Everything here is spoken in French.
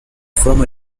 forme